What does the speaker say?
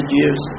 years